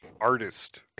artist